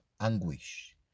anguish